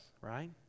right